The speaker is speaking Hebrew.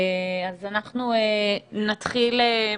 אז אנחנו נתחיל עם